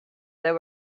their